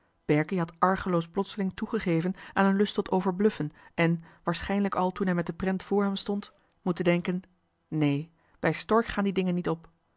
berkie had argeloos plotseling toegegeven aan een lust tot overbluffen en waarschijnlijk al toen hij met de prent vr hem stond moeten denken neen bij stork gaan die dingen niet op